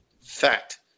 Fact